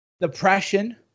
Depression